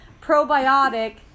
probiotic